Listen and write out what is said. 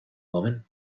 woman